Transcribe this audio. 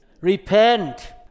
repent